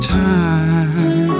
time